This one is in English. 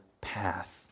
path